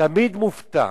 תמיד מופתע.